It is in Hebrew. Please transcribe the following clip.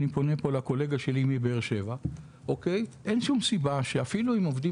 אני פונה פה לקולגה שלי בבאר שבע אין שום סיבה שאפילו אם עובדים